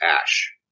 ash